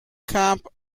camp